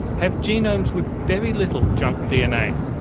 have genomes with very little junk dna.